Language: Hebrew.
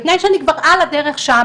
בתנאי שאני כבר על הדרך שם.